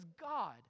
God